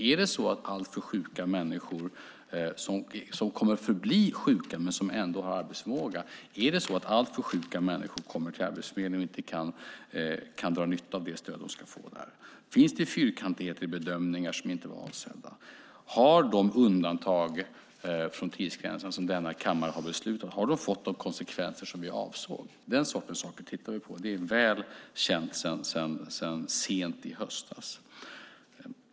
Är det så att alltför sjuka människor, som kommer att förbli sjuka men som ändå har arbetsförmåga, kommer till Arbetsförmedlingen och inte kan dra nytta av det stöd de ska få där? Finns det fyrkantigheter i bedömningar som inte var avsedda? Har de undantag från tidsgränsen som denna kammare har beslutat om fått de konsekvenser som vi avsåg? Dessa saker tittar vi på. Det är väl känt sedan sent i höstas.